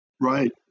Right